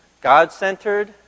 God-centered